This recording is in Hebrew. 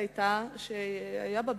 שהיתה שנת 2000,